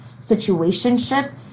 situationship